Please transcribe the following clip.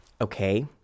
okay